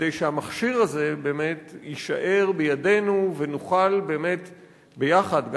כדי שהמכשיר הזה באמת יישאר בידינו ונוכל באמת ביחד,